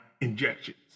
injections